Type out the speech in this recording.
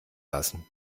lassen